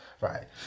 Right